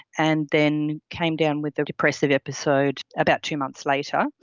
and then came down with the depressive episode about two months later,